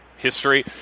history